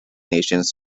nations